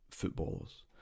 footballers